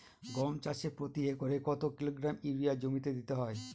গম চাষে প্রতি একরে কত কিলোগ্রাম ইউরিয়া জমিতে দিতে হয়?